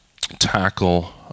tackle